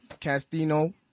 Castino